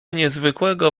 niezwykłego